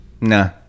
Nah